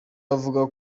avuga